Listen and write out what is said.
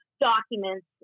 documents